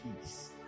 peace